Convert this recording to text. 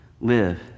live